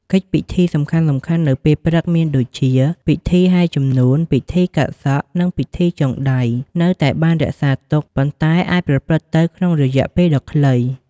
កិច្ចពិធីសំខាន់ៗនៅពេលព្រឹកមានដូចជា ពិធីហែជំនូន ពិធីកាត់សក់ និងពិធីចងដៃ នៅតែបានរក្សាទុក ប៉ុន្តែអាចប្រព្រឹត្តទៅក្នុងរយៈពេលដ៏ខ្លី។